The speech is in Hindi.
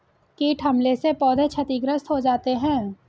कीट हमले से पौधे क्षतिग्रस्त हो जाते है